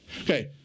Okay